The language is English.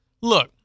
Look